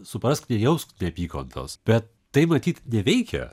suprask nejausk neapykantos bet tai matyt neveikia